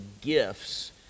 gifts